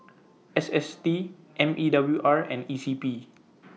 S S T M E W R and E C P